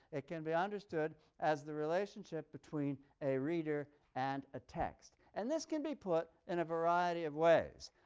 it can be understood as the relationship between a reader and a text, and this can be put in a variety of ways.